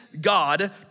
God